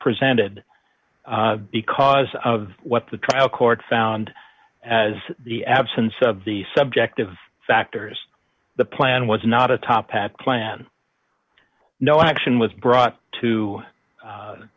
presented because of what the trial court found as the absence of the subjective factors the plan was not a top path plan no action was brought to